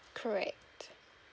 correct